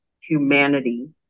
humanity